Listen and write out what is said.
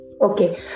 Okay